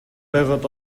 байгаад